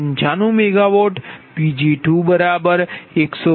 58 MW અને PLoss 4